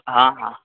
हँ हँ